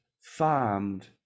farmed